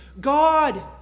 God